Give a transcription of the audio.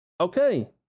Okay